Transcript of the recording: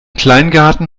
kleingarten